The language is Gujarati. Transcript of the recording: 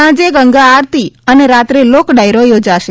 સાંજે ગંગા આરતી અને રાત્રે લોક ડાયરો યોજાશે